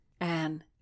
Anne